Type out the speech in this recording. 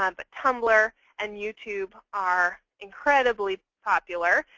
um but tumblr and youtube are incredibly popular.